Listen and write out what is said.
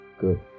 good